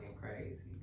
crazy